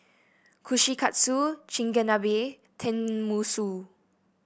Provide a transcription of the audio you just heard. Kushikatsu Chigenabe Tenmusu